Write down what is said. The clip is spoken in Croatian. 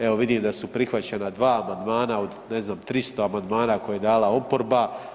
Evo vidim da su prihvaćena 2 amandmana od ne znam 300 amandmana koje je dala oporba.